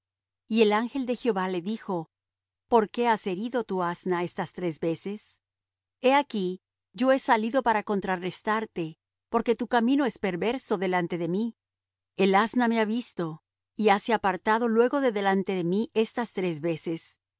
y el ángel de jehová le dijo por qué has herido tu asna estas tres veces he aquí yo he salido para contrarrestarte porque tu camino es perverso delante de mí el asna me ha visto y hase apartado luego de delante de mí estas tres veces